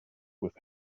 with